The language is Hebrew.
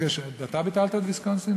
אתה ביטלת את ויסקונסין,